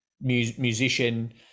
musician